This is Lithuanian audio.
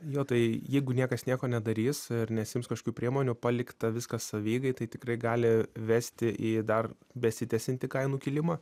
jo tai jeigu niekas nieko nedarys ir nesiims kažkių priemonių palikta viskas savieigai tai tikrai gali vesti į dar besitęsiantį kainų kilimą